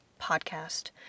podcast